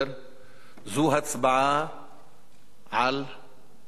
זו הצבעה על המלחמה הבאה.